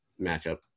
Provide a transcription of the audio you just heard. matchup